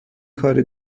کار